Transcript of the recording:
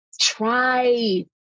try